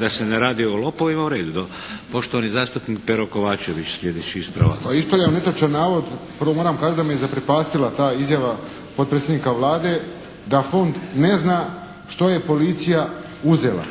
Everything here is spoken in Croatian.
da se ne radi o lopovima u redu. Poštovani zastupnik Pero Kovačević, sljedeći ispravak. **Kovačević, Pero (HSP)** Pa ispravljam netočan navod. Prvo moram kazati da me zaprepastila ta izjava potpredsjednika Vlade da fond ne zna što je policija uzela.